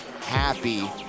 happy